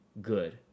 good